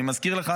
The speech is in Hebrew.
אני מזכיר לך,